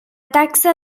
taxa